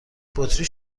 بطری